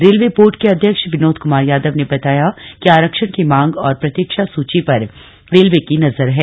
railway board के अध्यक्ष विनोद कुमार यादव ने बताया कि आरक्षण की मांग और प्रतीक्षा सूची पर रेलवे की नजर है